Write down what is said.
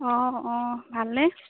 অঁ অঁ ভাল নে